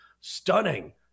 Stunning